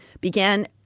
began